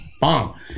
Bomb